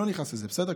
אני לא נכנס לזה, בסדר?